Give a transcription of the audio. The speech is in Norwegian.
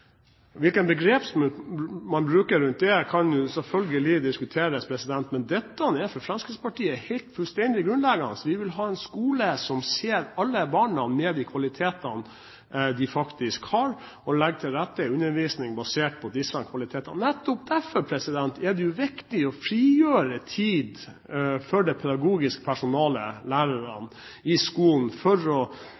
begrep man bruker rundt det, kan selvfølgelig diskuteres, men dette er helt grunnleggende for Fremskrittspartiet. Vi vil ha en skole som ser alle barna med de kvalitetene de faktisk har, og som legger undervisningen til rette ut fra disse kvalitetene. Nettopp derfor er det viktig å frigjøre tid for det pedagogiske personalet i skolen, lærerne,